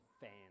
fans